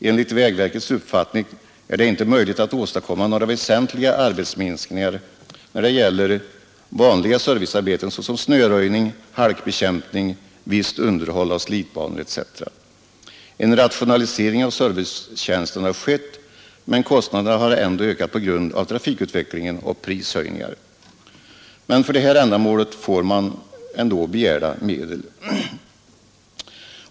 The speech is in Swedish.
Enligt vägverkets uppfattning är det inte möjligt att åstadkomma några Nr 54 väsentliga arbetsminskningar när det gäller vanliga servicearbeten såsom Onsdagen den snöröjning, halkbekämpning, visst underhåll av slitbanor, etc. En rationa 28 mars 1973 lisering av servicetjänsten har skett, men kostnaderna har ändå ökat på grund av trafikutvecklingen och prishöjningar. För detta ändamål får man också de medel man begärt.